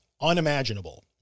unimaginable